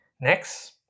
Next